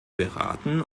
beraten